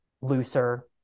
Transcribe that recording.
looser